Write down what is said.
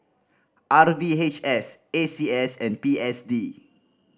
R V H S A C S and P S D